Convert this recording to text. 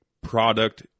product